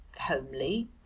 homely